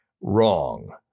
Wrong